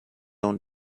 own